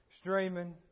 streaming